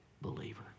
believer